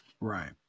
Right